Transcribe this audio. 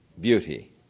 beauty